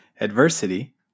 adversity